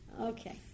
Okay